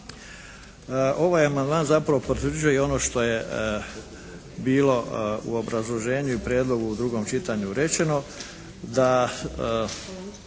Ovaj amandman zapravo potvrđuje i ono što je bilo u obrazloženju i prijedlogu u drugom čitanju rečeno, da